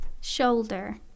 shoulder